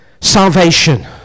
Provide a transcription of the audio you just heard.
salvation